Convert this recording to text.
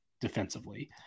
defensively